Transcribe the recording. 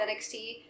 NXT